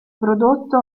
prodotto